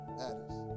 matters